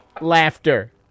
laughter